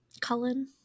Cullen